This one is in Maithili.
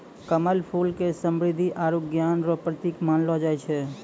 कमल फूल के समृद्धि आरु ज्ञान रो प्रतिक मानलो जाय छै